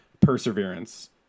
perseverance